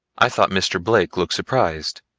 i thought mr. blake looked surprised,